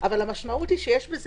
אבל המשמעות היא שיש-